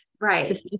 Right